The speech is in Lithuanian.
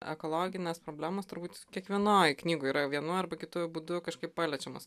ekologinės problemos turbūt kiekvienoj knygoj yra vienu arba kitu būdu kažkaip paliečiamos